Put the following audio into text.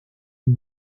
une